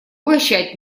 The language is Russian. угощать